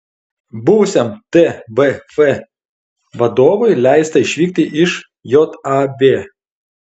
buvusiam tvf vadovui leista išvykti iš jav